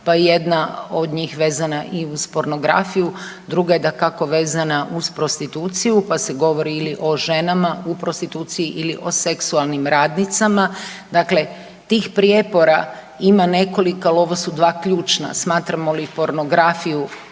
je jedna od njih vezana i uz pornografiju, druga je dakako vezana uz prostituciju pa se govori ili o ženama u prostituciji ili o seksualnim radnicama. Dakle, tih prijepora ima nekoliko ali ovo su dva ključna, smatramo li pornografiju